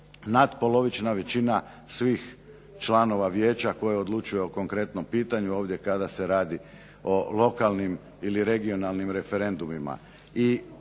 natpolovična većina svih članova vijeća koje odlučuju o konkretnom pitanju ovdje kada se radi o lokalnim ili regionalnim referendumima.